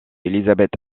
élisabeth